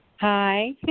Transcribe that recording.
Hi